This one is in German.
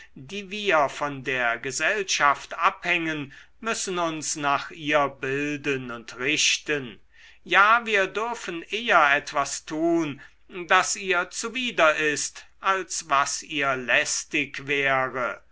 die wir von der gesellschaft abhängen müssen uns nach ihr bilden und richten ja wir dürfen eher etwas tun das ihr zuwider ist als was ihr lästig wäre